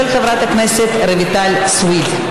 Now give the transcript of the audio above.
של חברת הכנסת רויטל סויד.